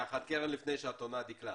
קרן, לפני שאתה עונה, דקלה.